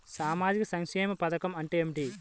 సామాజిక సంక్షేమ పథకం అంటే ఏమిటి?